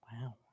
Wow